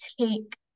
take